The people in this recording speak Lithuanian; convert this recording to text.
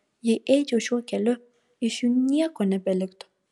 jei eičiau šiuo keliu iš jų nieko nebeliktų